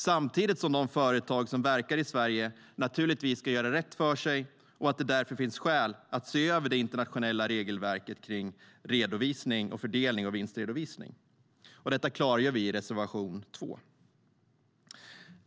Samtidigt ska naturligtvis de företag som verkar i Sverige göra rätt för sig, och det finns därför skäl att se över det internationella regelverket för redovisning och fördelning av vinstredovisning. Detta klargör vi i reservation 2.